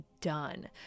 done